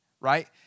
right